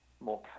more